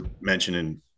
mentioning